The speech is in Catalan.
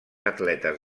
atletes